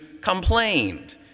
complained